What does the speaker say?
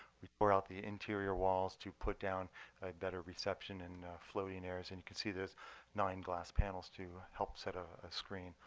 we tore out the interior walls to put down a better reception in floating areas. and you can see there's nine glass panels to help set ah a screen.